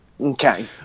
Okay